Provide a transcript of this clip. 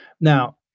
Now